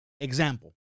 Example